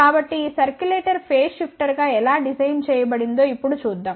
కాబట్టి ఈ circulator phase షిఫ్టర్గా ఎలా డిజైన్ చేయబడిందో ఇప్పుడు చూద్దాం